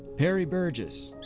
harry burgess.